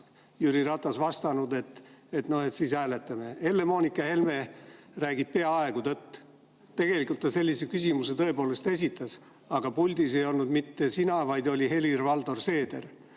Jüri Ratas, et siis hääletame. Helle-Moonika Helme räägib peaaegu tõtt. Tegelikult ta sellise küsimuse tõepoolest esitas, aga puldis ei olnud mitte sina, vaid oli Helir-Valdor Seeder.